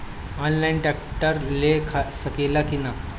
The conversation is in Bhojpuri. आनलाइन ट्रैक्टर ले सकीला कि न?